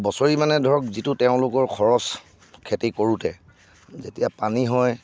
বছৰি মানে ধৰক যিটো তেওঁলোকৰ খৰচ খেতি কৰোতে যেতিয়া পানী হয়